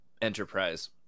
Enterprise